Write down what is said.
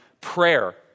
prayer